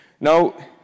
Now